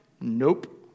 Nope